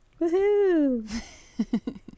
Woohoo